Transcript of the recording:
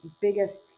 biggest